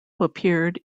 appeared